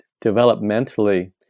developmentally